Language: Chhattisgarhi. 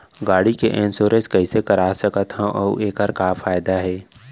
गाड़ी के इन्श्योरेन्स कइसे करा सकत हवं अऊ एखर का फायदा हे?